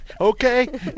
Okay